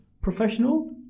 professional